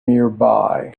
nearby